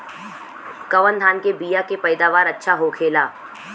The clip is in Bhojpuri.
कवन धान के बीया के पैदावार अच्छा होखेला?